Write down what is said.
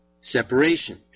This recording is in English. separation